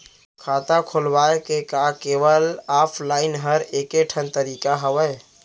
खाता खोलवाय के का केवल ऑफलाइन हर ऐकेठन तरीका हवय?